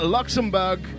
Luxembourg